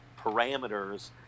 parameters